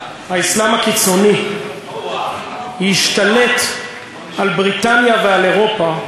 האסלאם הקיצוני ישתלט על בריטניה ועל אירופה,